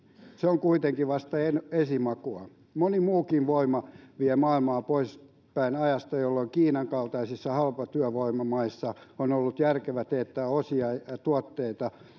se on kuitenkin vasta esimakua moni muukin voima vie maailmaa poispäin ajasta jolloin kiinan kaltaisissa halpatyövoimamaissa on ollut järkevä teettää osia ja tuotteita